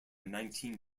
nineteen